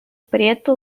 preto